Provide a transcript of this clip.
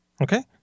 Okay